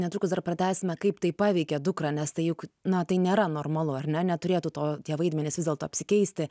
netrukus dar pratęsime kaip tai paveikia dukrą nes tai juk na tai nėra normalu ar ne neturėtų to tie vaidmenys vis dėlto apsikeisti